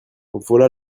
voilà